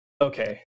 Okay